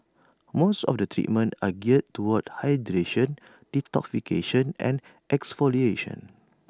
most of the treatments are geared toward hydration detoxification and exfoliation